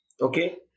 okay